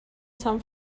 sant